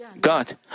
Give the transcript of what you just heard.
God